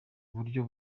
uburyo